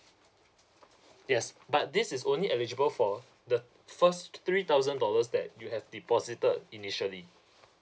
yes but this is only eligible for the first three thousand dollars that you have deposited initially